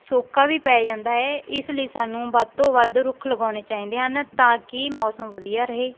ਸੋਕਾ ਵੀ ਪੈ ਜਾਂਦਾ ਹੈ ਇਸ ਲਈ ਸਾਨੂੰ ਵੱਧ ਤੋਂ ਵੱਧ ਰੁੱਖ ਲਗਾਉਣੇ ਚਾਹੀਦੇ ਹਨ ਤਾਂ ਕਿ ਮੌਸਮ ਵਧੀਆ ਰਹੇ